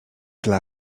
dla